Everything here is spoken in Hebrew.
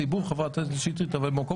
חברת הכנסת קטי שטרית, אז רגע אחד.